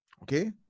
Okay